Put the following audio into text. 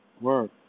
work